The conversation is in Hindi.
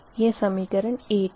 यह समीकरण 8 है